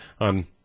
on